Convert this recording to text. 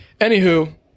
Anywho